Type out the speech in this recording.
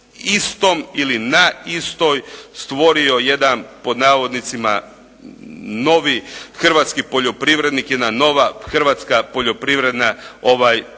da bi se na istoj stvorio jedan pod navodnicima "novi hrvatski poljoprivrednik", jedna nova hrvatska poljoprivredna